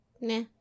nah